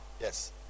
Yes